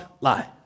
lie